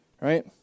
right